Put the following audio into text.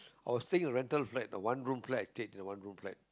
I was staying in a rental flat a one room flat stayed in a one room flat